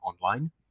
online